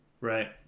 Right